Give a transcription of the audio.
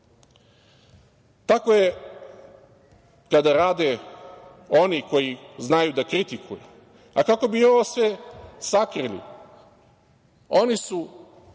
je kada rade oni koji znaju da kritikuju, a kako bi sve ovo sakrili oni su